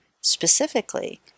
Specifically